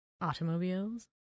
automobiles